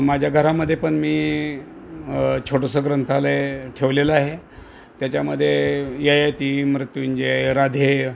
माझ्या घरामध्ये पण मी छोटंसं ग्रंथालय ठेवलेलं आहे त्याच्यामध्ये ययाती मृत्युंजय राधेय